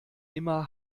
immer